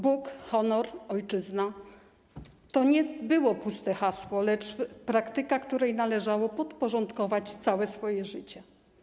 Bóg, honor, ojczyzna - to nie było puste hasło, lecz praktyka, której należało podporządkować całe swoje życie.